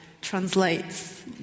translates